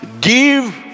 Give